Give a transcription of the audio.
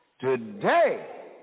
Today